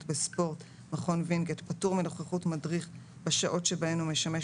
בספורט (מכון וינגייט),פטור מנוכחות מדריך בשעות שבהן הוא משמש